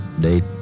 Date